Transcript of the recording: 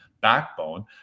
backbone